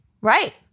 Right